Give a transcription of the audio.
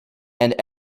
and